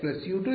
ವಿದ್ಯಾರ್ಥಿ 2 1